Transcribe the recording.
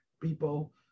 people